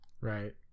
Right